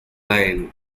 lion